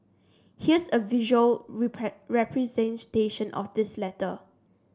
here's a visual representation of his letter